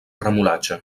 remolatxa